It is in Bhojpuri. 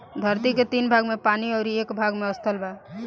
धरती के तीन भाग में पानी अउरी एक भाग में स्थल बा